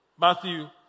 Matthew